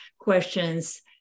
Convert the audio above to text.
questions